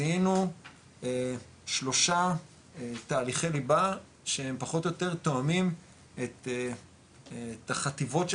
זיהינו שלושה תהליכי ליבה שהם פחות או יותר תואמים את החטיבות של